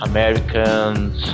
Americans